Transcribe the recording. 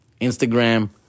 Instagram